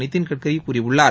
நிதின் கட்கரி கூறியுள்ளார்